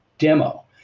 demo